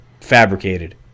fabricated